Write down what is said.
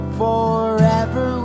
forever